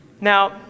Now